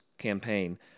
campaign